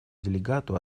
делегату